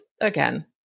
again